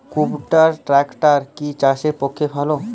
কুবটার ট্রাকটার কি চাষের পক্ষে ভালো?